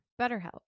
BetterHelp